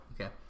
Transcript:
Okay